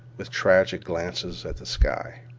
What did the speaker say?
with tragic glances at the sky.